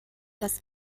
das